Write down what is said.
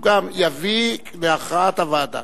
הוא גם יביא להכרעת הוועדה.